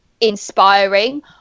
inspiring